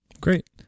Great